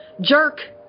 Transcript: jerk